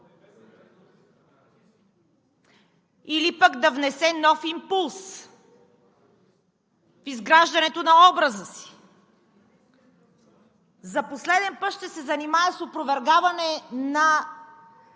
или пък да внесе нов импулс в изграждането на образа си. За последен път ще се занимая с опровергаване на